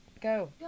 Go